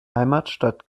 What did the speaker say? heimatstadt